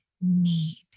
need